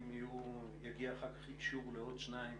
אם יגיע אחר כך אישור לעוד שניים